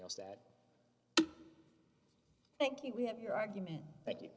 else that thank you we have your argument